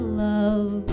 love